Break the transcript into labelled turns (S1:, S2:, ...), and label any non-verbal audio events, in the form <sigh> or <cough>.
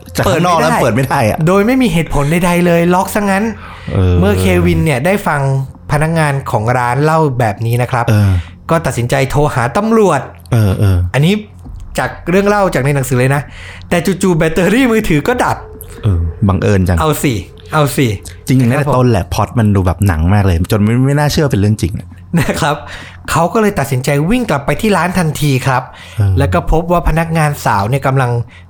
S1: จะข้างนอกแล้วเปิดไม่ได้อะ?
S2: เปิดไม่ได้โดยไม่มีเหตุผลใดๆเลย ล็อกซะงั้น
S1: เออ
S2: เมื่อเควินเนี่ยได้ฟังพนักงานของร้านเล่าแบบนี้นะครับ
S1: เออ
S2: ก็ตัดสินใจโทรหาตำรวจ
S1: เออ เออ
S2: อันนี้จากเรื่องเล่าจากในหนังสือเลยนะ แต่จู่ๆแบตเตอรี่มือถือก็ดับ
S1: เออ บังเอิญจัง
S2: เอาสิ เอาสิ
S1: จริงๆนะแต่ต้นแหละ plot มันดูแบบหนังมากเลย จนไม่- ไม่น่าเชื่อเป็นเรื่องจริงอะ
S2: <laughs> นะครับ เขาก็เลยตัดสินใจวิ่งกลับไปที่ร้านทันทีครับ
S1: เออ
S2: แล้วก็พบว่าพนักงานสาวเนี่ยกำลัง